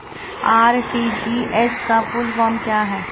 RTGS का full form क्या है?